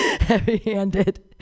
heavy-handed